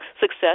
success